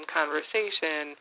conversation